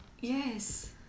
Yes